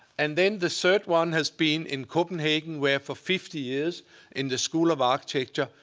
and then the third one has been in copenhagen where for fifty years in the school of architecture,